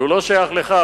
שהוא לא שייך לך,